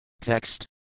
Text